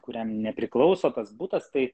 kuriam nepriklauso tas butas tai